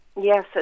Yes